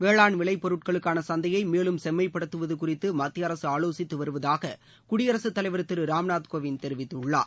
வேளாண் விளைபொருட்களுக்கான சந்தையை மேலும் செம்மைபடுத்துவது குறித்து மத்திய அரசு ஆலோசித்து வருவதாக குடியரசு தலைவர் திரு ராம்நாத் கோவிந்த் தெரிவித்துள்ளார்